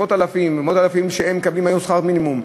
עשרות אלפים ומאות אלפים שמקבלים היום שכר מינימום,